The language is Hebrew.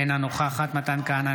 אינה נוכחת מתן כהנא,